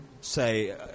say